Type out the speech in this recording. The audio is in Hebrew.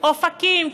אופקים,